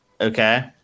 Okay